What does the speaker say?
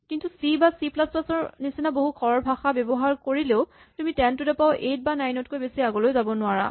কিন্তু চি বা C plus plus ৰ নিচিনা বহুত খৰ ভাষা ব্যৱহাৰ কৰিলেও তুমি ten to the power eight বা নাইন তকৈ বেছি আগলৈ যাব নোৱাৰা